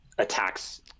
attacks